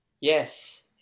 Yes